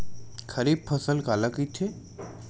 खरीफ फसल काला कहिथे?